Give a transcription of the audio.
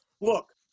look